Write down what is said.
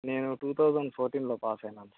నేను two thousand ఫోటీన్లో pass అయ్యాను సార్